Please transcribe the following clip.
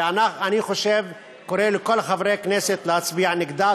ואני קורא לכל חברי הכנסת להצביע נגדה.